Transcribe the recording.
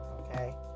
Okay